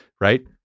right